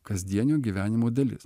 kasdienio gyvenimo dalis